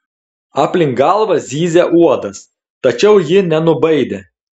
aplink galvą zyzė uodas tačiau ji nenubaidė